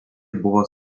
buvo